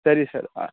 ಸರಿ ಸರ್